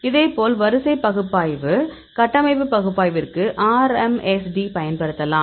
இதேபோல் வரிசை பகுப்பாய்வு கட்டமைப்பு பகுப்பாய்விற்கு RMSD பயன்படுத்தலாம்